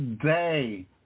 day